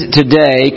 today